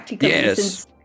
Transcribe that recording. Yes